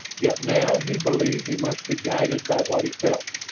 yet now he believed he must be guided by what he felt.